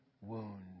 wound